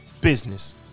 business